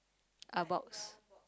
a box